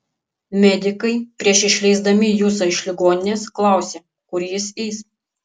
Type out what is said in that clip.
medikai prieš išleisdami jusą iš ligoninės klausė kur jis eis